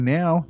now